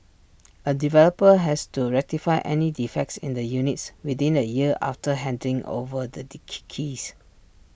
A developer has to rectify any defects in the units within A year after handing over the keys